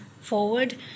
forward